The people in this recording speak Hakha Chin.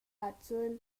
ahcun